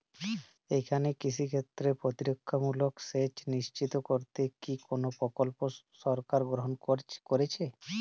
এখানে কৃষিক্ষেত্রে প্রতিরক্ষামূলক সেচ নিশ্চিত করতে কি কোনো প্রকল্প সরকার গ্রহন করেছে?